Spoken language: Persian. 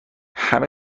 همه